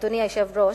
אדוני היושב-ראש,